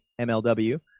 MLW